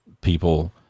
people